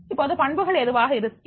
இப்போது பண்புகள் எதுவாக இருக்கும்